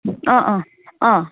अँ अँ अँ